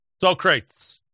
Socrates